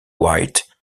white